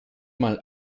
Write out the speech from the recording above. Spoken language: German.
mal